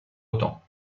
autant